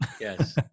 Yes